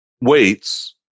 weights